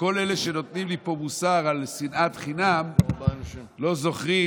וכל אלה שנותנים לי פה מוסר על שנאת חינם לא זוכרים